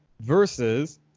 versus